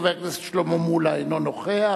חבר הכנסת שלמה מולה, אינו נוכח,